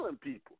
people